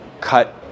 cut